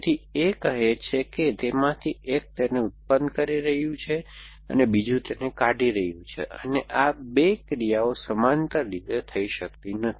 તેથી a કહે છે કે તેમાંથી એક તેને ઉત્પન્ન કરી રહ્યું છે અને બીજું તેને કાઢી રહ્યું છે અને આ 2 ક્રિયાઓ સમાંતર રીતે થઈ શકતી નથી